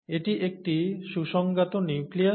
এটি একটি সুসংজ্ঞাত নিউক্লিয়াস